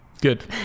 Good